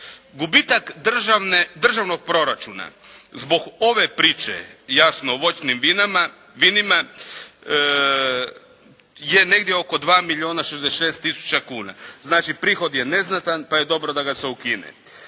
državne, državnog proračuna zbog ove priče jasno o voćnim vinima je negdje oko 2 milijuna 66 tisuća kuna. Znači prihod je neznatan pa je dobro da ga se ukine.